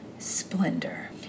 Splendor